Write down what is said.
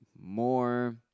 more